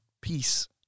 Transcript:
peace